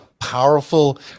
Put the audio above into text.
powerful